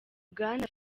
bwana